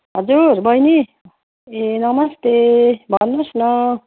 हजुर बहिनी ए नमस्ते भन्नुहोस् न